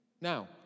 Now